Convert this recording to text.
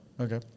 okay